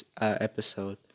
episode